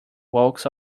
yolks